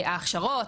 ההכשרות,